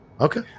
okay